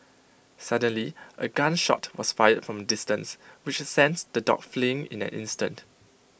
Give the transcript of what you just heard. suddenly A gun shot was fired from A distance which sent the dogs fleeing in an instant